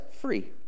free